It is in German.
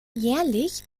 jährlich